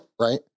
right